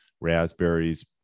raspberries